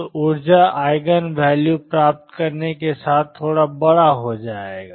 तो ऊर्जा eigen value प्राप्त करने के साथ थोड़ा बड़ा हो जाएगा